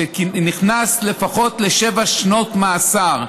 שנכנס לפחות לשבע שנות מאסר,